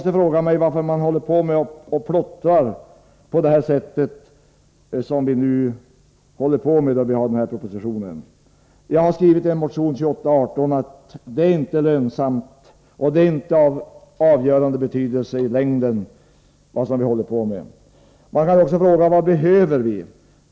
Varför en mängd ”plotter” av det slag som presenteras i den här propositionen? Jag har i motion 2818 skrivit att vad vi nu håller på med inte är lönsamt och betydelsefullt i ett längre perspektiv. Man kan också fråga sig vad vi behöver.